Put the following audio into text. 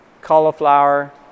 cauliflower